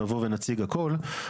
נבוא ונציג הכול.